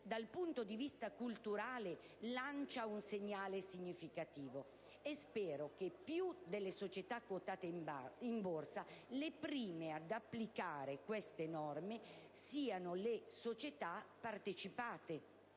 dal punto di vista culturale lancia un segnale significativo, e spero che, al di là delle società quotate in borsa, le prime ad applicare queste norme siano le società partecipate